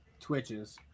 Twitches